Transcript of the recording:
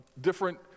different